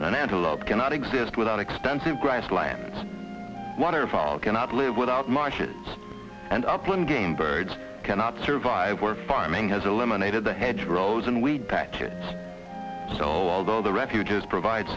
bison and antelope cannot exist without extensive grasslands waterfowl cannot live without marshes and upland game birds cannot survive where farming has eliminated the hedge rows and weed patch it so although the refuges provide